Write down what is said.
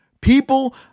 People